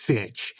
Fitch